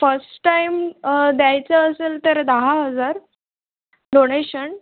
first time द्यायचं असेल तर दहा हजार डोनेशन